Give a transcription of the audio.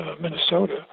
Minnesota